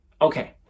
Okay